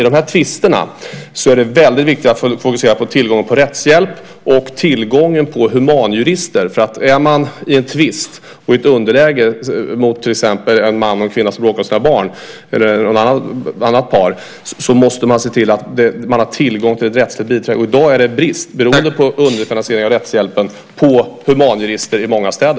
I de här tvisterna är det väldigt viktigt att man fokuserar på tillgången till rättshjälp och tillgången på humanjurister. Är man i en tvist och i underläge, det kan till exempel vara en man och en kvinna som bråkar om sina barn, måste man se till att man har tillgång till ett rättsligt biträde. På grund av underfinansiering av rättshjälpen är det i dag brist på humanjurister i många städer.